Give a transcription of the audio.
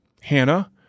Hannah